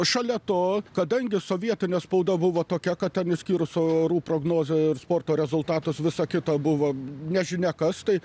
šalia to kadangi sovietinė spauda buvo tokia kad ten išskyrus orų prognozę ir sporto rezultatus viso kito buvo nežinia kas tai